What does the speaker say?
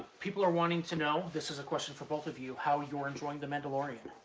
people are wanting to know, this is a question for both of you, how you're enjoying the mandalorian.